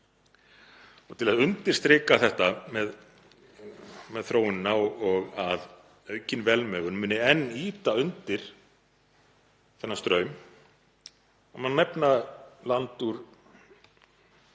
Til að undirstrika þetta með þróunina og að aukin velmegun muni enn ýta undir þennan straum má nefna land af